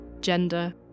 gender